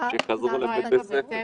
שחזרו לבתי הספר.